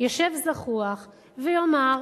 ישב זחוח ויאמר: